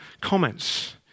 comments